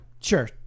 Sure